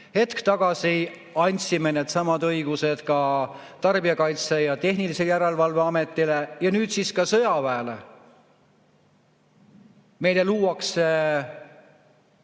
Hetk tagasi andsime needsamad õigused ka Tarbijakaitse ja Tehnilise Järelevalve Ametile. Ja nüüd siis anname sõjaväele. Meile luuakse